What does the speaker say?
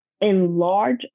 enlarge